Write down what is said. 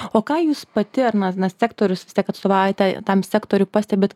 o ką jūs pati ar na na sektorius vis tiek atstovaujate tam sektoriui pastebit